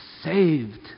saved